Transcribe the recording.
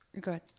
good